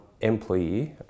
employee